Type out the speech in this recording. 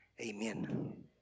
amen